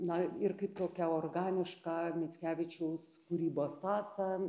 na ir kaip tokia organišką mickevičiaus kūrybos tąsą